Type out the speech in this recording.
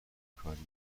کاریه